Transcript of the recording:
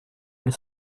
des